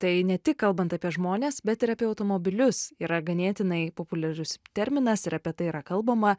tai ne tik kalbant apie žmones bet ir apie automobilius yra ganėtinai populiarus terminas ir apie tai yra kalbama